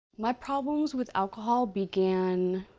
my problems with alcohol began,